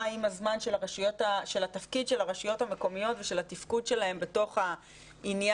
עם הזמן של התפקיד של הרשויות המקומיות ושל התפקוד שלהן בתוך העניין,